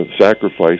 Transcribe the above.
sacrifice